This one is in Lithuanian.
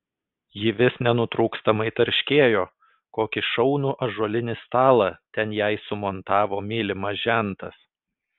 ji vis nenutrūkstamai tarškėjo kokį šaunų ąžuolinį stalą ten jai sumontavo mylimas žentas